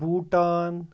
Bhutan